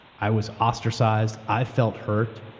i was ostracized. i felt hurt.